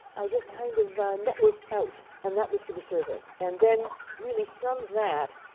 i just kind of networked out. and that was for the survey. and then really from that,